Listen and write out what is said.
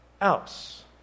else